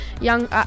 young